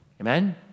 amen